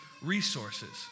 resources